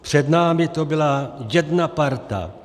Před námi to byla jedna parta.